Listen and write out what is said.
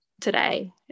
today